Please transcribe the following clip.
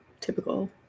typical